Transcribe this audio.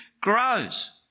grows